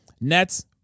Nets